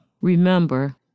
Remember